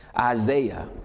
Isaiah